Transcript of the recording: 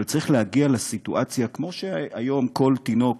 אבל צריך להגיע לסיטואציה, כמו שהיום כל תינוק